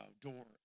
door